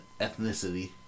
ethnicity